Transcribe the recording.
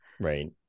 Right